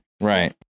Right